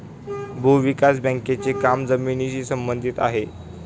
भूविकास बँकेचे काम जमिनीशी संबंधित आहे